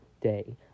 day